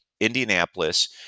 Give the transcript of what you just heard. Indianapolis